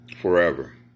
Forever